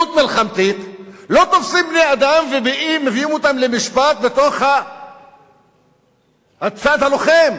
בפעילות מלחמתית לא תופסים בני-אדם ומביאים אותם למשפט בתוך הצד הלוחם.